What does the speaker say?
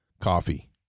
coffee